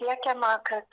siekiama kad